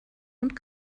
und